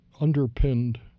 underpinned